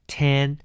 ten